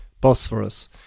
Bosphorus